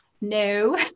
no